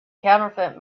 counterfeit